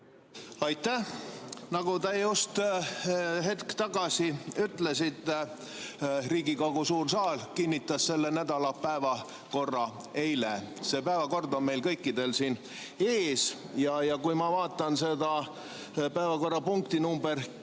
Aitäh! Nagu te just hetk tagasi ütlesite, Riigikogu suur saal kinnitas selle nädala päevakorra eile. See päevakord on meil kõikidel siin ees. Kui ma vaatan päevakorrapunkti nr 10,